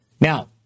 Now